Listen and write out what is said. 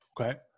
okay